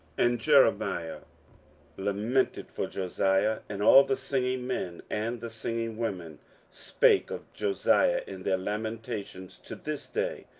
and jeremiah lamented for josiah and all the singing men and the singing women spake of josiah in their lamentations to this day,